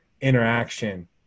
interaction